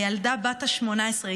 הילדה בת ה-18,